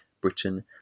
Britain